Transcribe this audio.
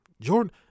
Jordan